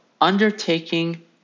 undertaking